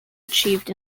achieved